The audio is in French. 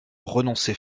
renoncer